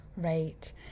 Right